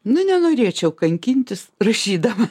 na nenorėčiau kankintis rašydama